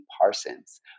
Parsons